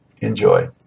Enjoy